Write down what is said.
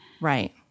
Right